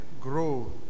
grow